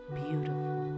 beautiful